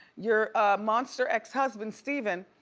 your monster ex-husband, stephen,